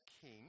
king